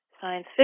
science